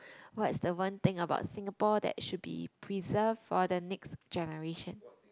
what's the one thing about Singapore that should be preserved for the next generation